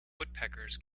woodpeckers